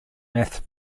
math